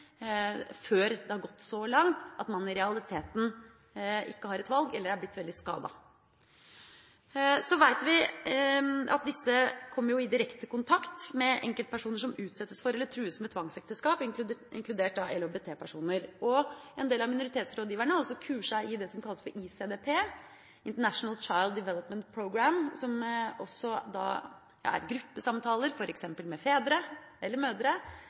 før det har gått så langt at man i realiteten ikke har et valg, eller er blitt veldig skadet. Så vet vi at disse kommer i direkte kontakt med enkeltpersoner som utsettes for eller trues med tvangsekteskap, inkludert LHBT-personer. En del av minoritetsrådgiverne er også kurset i det som heter ICDP, International Child Developement Program, som også er gruppesamtaler, f.eks. med fedre eller mødre,